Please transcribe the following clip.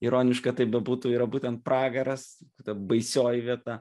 ironiška tai bebūtų yra būtent pragaras ta baisioji vieta